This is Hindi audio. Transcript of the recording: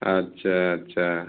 अच्छा अच्छा